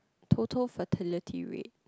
total fertility rate